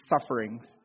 sufferings